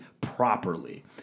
properly